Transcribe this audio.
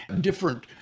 Different